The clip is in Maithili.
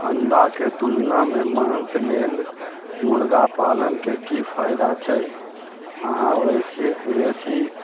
अंडाके तुलनामे मासु लेल मुर्गा पालनके की फायदा छै अहाँ ओहन वेसी